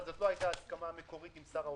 אבל זו לא היתה ההסכמה המקורית עם שר האוצר.